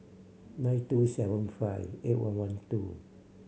nine two seven five eight one one two